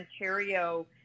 Ontario